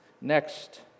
Next